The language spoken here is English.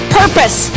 purpose